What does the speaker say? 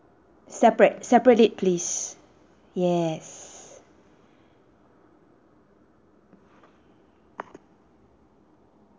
separate separate it please yes